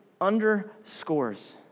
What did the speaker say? underscores